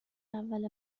اول